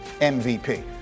MVP